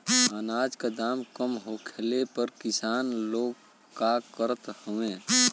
अनाज क दाम कम होखले पर किसान लोग का करत हवे?